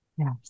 Yes